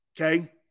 Okay